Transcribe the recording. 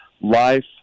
life